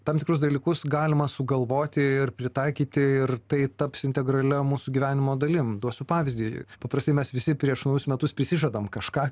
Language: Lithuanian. tam tikrus dalykus galima sugalvoti ir pritaikyti ir tai taps integralia mūsų gyvenimo dalim duosiu pavyzdį paprastai mes visi prieš naujus metus prisižadam kažką